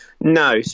No